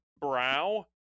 brow